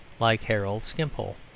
like harold skimpole.